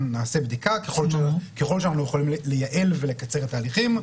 נעשה בדיקה ככל שאנחנו יכולים לייעל ולקצר את ההליכים.